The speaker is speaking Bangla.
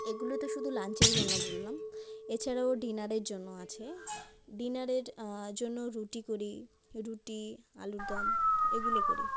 এগুলো তো শুধু লাঞ্চের জন্য বললাম এছাড়াও ডিনারের জন্য আছে ডিনারের জন্য রুটি করি রুটি আলুর দম এগুলো করি